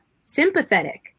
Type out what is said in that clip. sympathetic